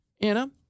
Anna